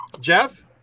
Jeff